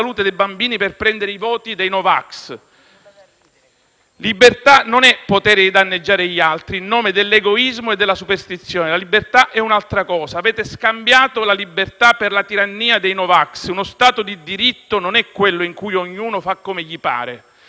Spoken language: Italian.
la salute dei bambini per prendere i voti dei no vax*.* Libertà non è potere di danneggiare gli altri in nome dell'egoismo e della superstizione, la libertà è un'altra cosa. Avete scambiato la libertà per la tirannia dei no vax. Uno Stato di diritto non è quello in cui ognuno fa come gli pare